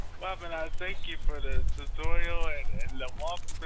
like but and i thank you for the tutorial and and the walk-through but